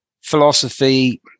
philosophy